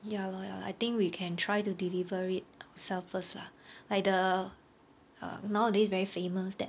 ya lor ya I think we can try to deliver it ourselves first lah like the uh nowadays very famous that